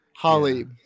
Holly